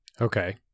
Okay